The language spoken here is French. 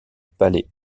palais